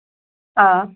آ